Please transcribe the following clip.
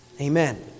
Amen